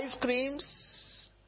creams